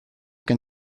gen